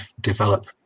develop